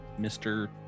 mr